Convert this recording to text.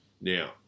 Now